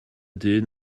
dyn